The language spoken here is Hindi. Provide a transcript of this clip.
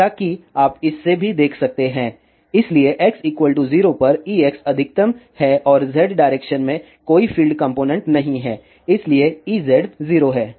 जैसा कि आप इस से भी देख सकते हैं इसलिए x 0 पर Ex अधिकतम है और z डायरेक्शन में कोई फील्ड कॉम्पोनेन्ट नहीं है इसलिए Ez 0 है